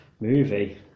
movie